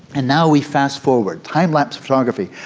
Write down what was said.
and now we fast-forward, time-lapse photography.